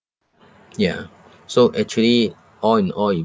ya so actually all in all you